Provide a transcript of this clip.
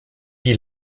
die